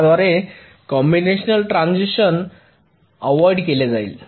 त्याद्वारे combinational transition avoid केले जाईल